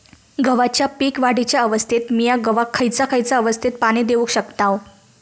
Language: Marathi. गव्हाच्या पीक वाढीच्या अवस्थेत मिया गव्हाक खैयचा खैयचा अवस्थेत पाणी देउक शकताव?